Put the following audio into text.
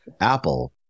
Apple